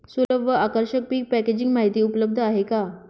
सुलभ व आकर्षक पीक पॅकेजिंग माहिती उपलब्ध आहे का?